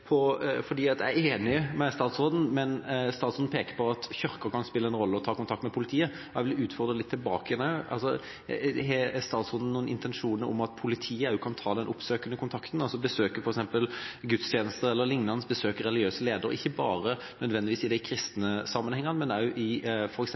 Jeg er enig med statsråden. Statsråden peker på at Kirken kan spille en rolle og ta kontakt med politiet. Jeg vil utfordre litt tilbake igjen: Har statsråden noen intensjon om at politiet kan være den oppsøkende kontakten, altså gå på f.eks. gudstjenester eller lignende og besøke religiøse ledere – ikke nødvendigvis bare i kristen sammenheng, men også i f.eks. muslimsk sammenheng – for